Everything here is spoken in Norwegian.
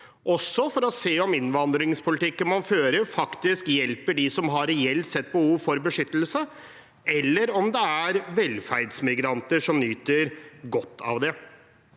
også for å se om innvandringspolitikken man fører, faktisk hjelper dem som reelt sett har behov for beskyttelse, eller om det er velferdsmigranter som nyter godt av det.